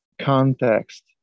context